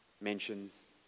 mentions